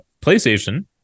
PlayStation